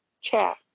chat